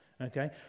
okay